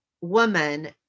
woman